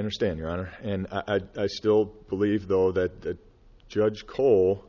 understand your honor and i still believe though that the judge kohl